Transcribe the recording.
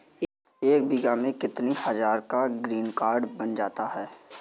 एक बीघा में कितनी हज़ार का ग्रीनकार्ड बन जाता है?